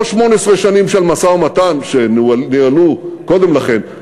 לא 18 שנים של משא-ומתן שנוהלו קודם לכן,